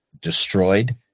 destroyed